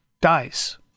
dies